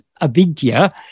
avidya